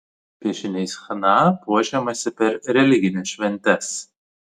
piešiniais chna puošiamasi per religines šventes